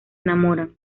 enamoran